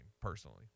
personally